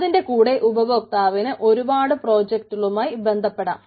അതിൻറെ കൂടെ ഉപഭോക്താവിന് ഒരുപാട് പ്രോജക്ടുകളുമായി ബന്ധപ്പെടാം